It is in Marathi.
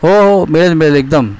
हो हो मिळेल मिळेल एकदम